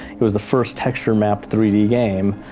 it was the first texture-mapped three d game.